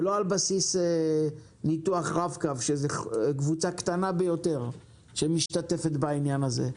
ולא על בסיס ניתוח רב-קו שזו קבוצה קטנה ביותר שמשתתפת בעניין הזה.